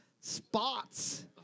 Spots